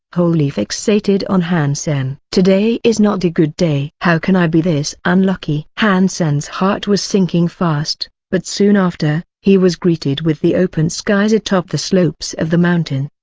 wholly fixated on han sen. today is not a good day. how can i be this unlucky? han sen's heart was sinking fast, but soon after, he was greeted with the open skies atop the slopes of the mountain.